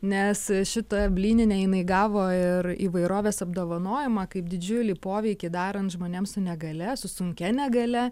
nes šitą blyninę jinai gavo ir įvairovės apdovanojimą kaip didžiulį poveikį darant žmonėms su negalia su sunkia negalia